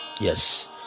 Yes